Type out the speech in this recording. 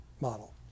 model